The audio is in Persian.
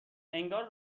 انگار